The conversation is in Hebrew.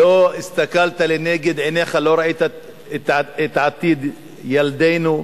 לא הסתכלת לנגד עיניך, לא ראית את עתיד ילדינו,